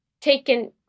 taken